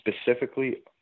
specifically